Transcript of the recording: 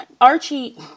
Archie